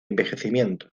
envejecimiento